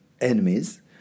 enemies